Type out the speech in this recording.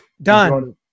Done